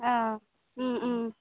অঁ